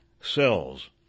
cells